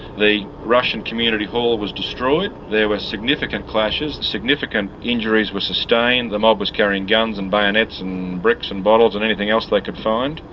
the russian community hall was destroyed, there were significant clashes, significant injuries were sustained, the mob was carrying guns and bayonets and bricks and bottles and anything else they could find,